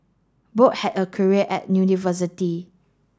both had a career at university